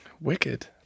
Wicked